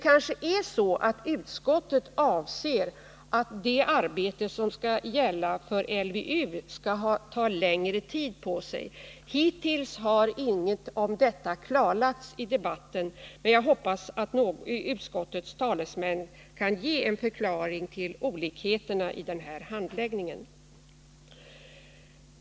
Kanske är det så att utskottet anser att de som arbetar med LVU skall få längre tid på sig. Hittills har inget klarläggande gjortsi det avseendet under debatten, men jag hoppas att utskottets talesmän skall kunna ge en förklaring till olikheterna i handläggningen av förslagen.